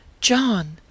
John